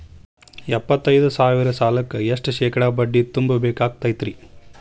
ಎಪ್ಪತ್ತೈದು ಸಾವಿರ ಸಾಲಕ್ಕ ಎಷ್ಟ ಶೇಕಡಾ ಬಡ್ಡಿ ತುಂಬ ಬೇಕಾಕ್ತೈತ್ರಿ?